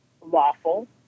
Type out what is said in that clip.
lawful